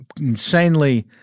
insanely